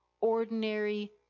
ordinary